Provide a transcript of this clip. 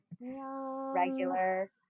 regular